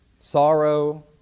Sorrow